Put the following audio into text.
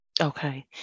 Okay